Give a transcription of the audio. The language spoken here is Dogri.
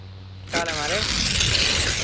केह् हाल ऐ माराज